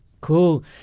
Cool